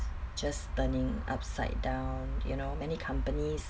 just turning upside down you know many companies